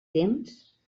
temps